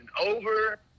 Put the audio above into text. over